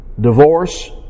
divorce